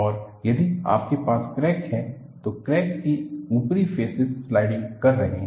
और यदि आपके पास क्रैक है तो क्रैक की ऊपरी फेसेस स्लाइडिंग कर रहे हैं